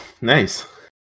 Nice